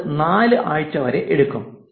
അത് നാല് ആഴ്ച വരെ എടുക്കാം